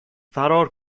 فرار